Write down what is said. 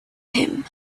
him